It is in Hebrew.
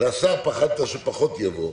והשר פחדת שפחות יבוא,